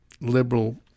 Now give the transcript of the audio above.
Liberal